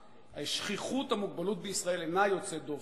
שכיחות המוגבלות בישראל אינה יוצאת דופן.